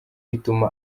ituma